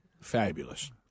fabulous